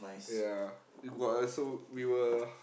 ya we bought a we were